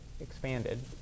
expanded